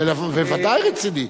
בוודאי רציני.